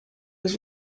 was